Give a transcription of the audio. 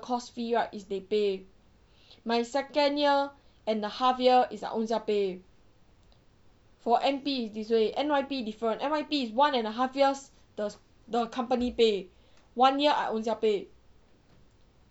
course fee is they pay my second year and the half year is I ownself pay for N_P it's this way N_Y_P different N_Y_P is one and a half years the the company pay one year I owself pay